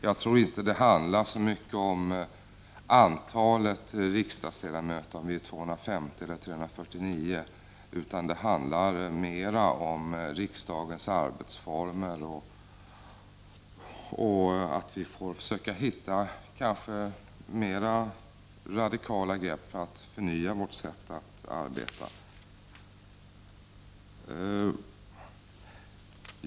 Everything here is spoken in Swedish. Jag tror inte att det handlar så mycket om antalet riksdagsledamöter, om vi är 250 eller 349, utan det handlar mera om riksdagens arbetsformer, om att vi får försöka hitta mer radikala grepp för att förnya vårt sätt att arbeta.